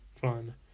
fun